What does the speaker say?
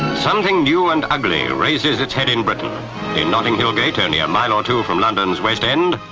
something new and ugly raises its head in britain. in notting hill gate, only a mile or two from london's west end,